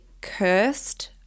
cursed